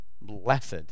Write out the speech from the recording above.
blessed